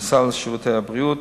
בסל שירותי הבריאות,